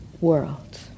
world